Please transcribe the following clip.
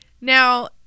Now